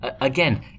Again